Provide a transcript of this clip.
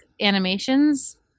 animations